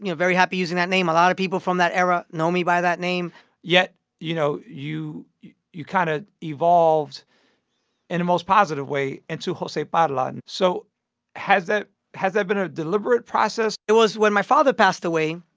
you know very happy using that name. a lot of people from that era know me by that name yet, you know, you you kind of evolved in a most positive way into jose parla. and so has that has that been a deliberate process? it was when my father passed away,